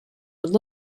would